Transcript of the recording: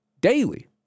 daily